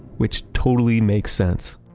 which totally makes sense,